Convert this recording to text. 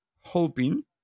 hoping